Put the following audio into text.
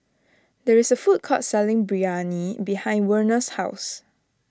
there is a food court selling Biryani behind Werner's house